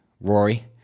Rory